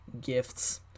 gifts